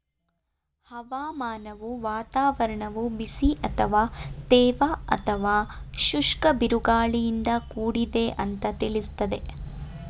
ಹವಾಮಾನವು ವಾತಾವರಣವು ಬಿಸಿ ಅಥವಾ ತೇವ ಅಥವಾ ಶುಷ್ಕ ಬಿರುಗಾಳಿಯಿಂದ ಕೂಡಿದೆ ಅಂತ ತಿಳಿಸ್ತದೆ